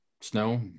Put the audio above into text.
snow